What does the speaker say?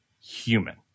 human